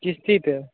क़िश्त पर